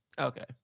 okay